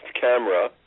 camera